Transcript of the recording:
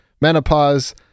menopause